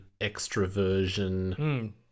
extroversion